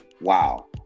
wow